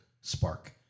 Spark